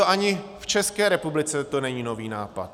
Ani v České republice to není nový nápad.